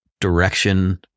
direction